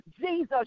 Jesus